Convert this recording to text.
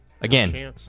again